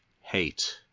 Hate